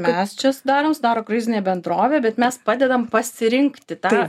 mes čia sudarom sudaro kruizinė bendrovė bet mes padedam pasirinkti tą